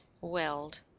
weld